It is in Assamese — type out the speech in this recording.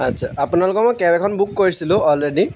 আচ্ছা আপোনালোকৰ মই কেব এখন বুক কৰিছিলোঁ অলৰেডি